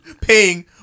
paying